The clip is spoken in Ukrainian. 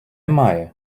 має